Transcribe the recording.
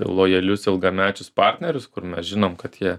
lojalius ilgamečius partnerius kur mes žinom kad jie